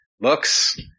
Looks